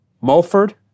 Mulford